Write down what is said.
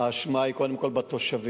האשמה היא קודם כול בתושבים,